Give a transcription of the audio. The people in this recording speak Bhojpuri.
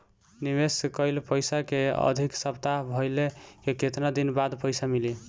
निवेश कइल पइसा के अवधि समाप्त भइले के केतना दिन बाद पइसा मिली?